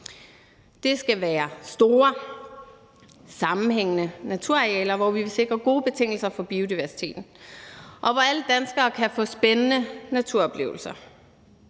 Det skal være store sammenhængende naturarealer, hvor vi vil sikre gode betingelser for biodiversiteten, og hvor alle danskere kan få spændende naturoplevelser.